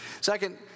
Second